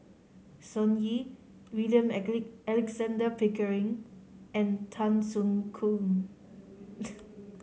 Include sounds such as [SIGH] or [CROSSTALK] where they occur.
Sun Yee William [UNINTELLIGIBLE] Alexander Pickering and Tan Soo Khoon [NOISE]